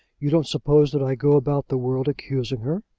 you don't suppose that i go about the world accusing her?